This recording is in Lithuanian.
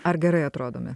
ar gerai atrodome